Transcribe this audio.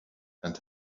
and